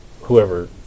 whoever